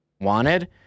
wanted